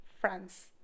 France